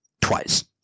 twice